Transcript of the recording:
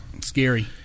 Scary